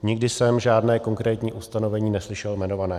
Nikdy jsem žádné konkrétní ustanovení neslyšel jmenované.